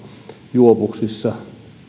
juovuksissa